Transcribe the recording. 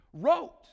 wrote